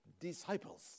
disciples